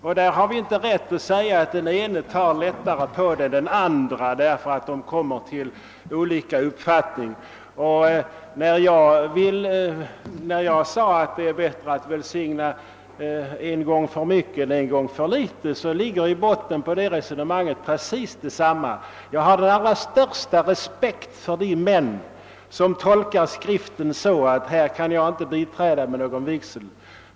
Vi har inte rätt att säga att den ene tar lättare på saken än den andre av den anledningen att de kommer till olika uppfattningar. Jag sade förut att det är bättre att välsigna en gång för mycket än en gång för litet. Till grund för det resonemanget ligger precis samma tankegång. Jag har den allra största respekt för de människor som tolkar Skriften så, att de i vissa fall kommer fram till att de inte kan biträda vid en vigsel.